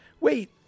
wait